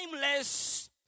timeless